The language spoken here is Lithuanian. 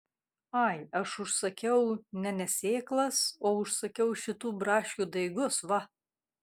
ai aš užsakiau ne ne sėklas o užsakiau šitų braškių daigus va